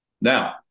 Now